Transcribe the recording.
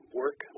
work